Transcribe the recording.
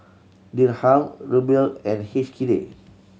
Dirham Ruble and H K D